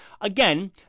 Again